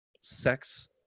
sex